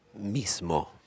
Mismo